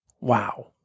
Wow